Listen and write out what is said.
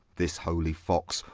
this holy foxe,